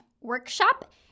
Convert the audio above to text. workshop